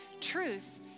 truth